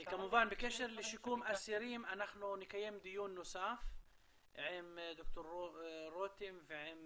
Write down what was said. בקשר לשיקום אסירים אנחנו נקיים דיון נוסף עם ד"ר רותם אפודי ועם